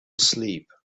asleep